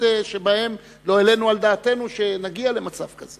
שבהם לא העלינו על דעתנו שנגיע למצב כזה.